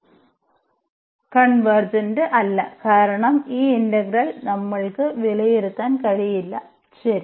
രണ്ടാമത്തെ കേസിൽ ഈ ഇന്റഗ്രൽ ഇംപ്റോപർ ഇന്റഗ്രൽ കൺവേർജന്റ് അല്ല കാരണം ഈ ഇന്റഗ്രൽ നമ്മൾക്ക് വിലയിരുത്താൻ കഴിയില്ല ശരി